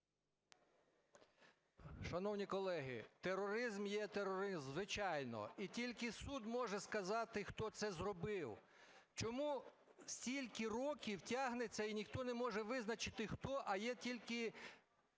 Шановні колеги, тероризм є тероризм, звичайно, і тільки суд може сказати, хто це зробив. Чому стільки років тягнеться і ніхто не може визначити хто, а є тільки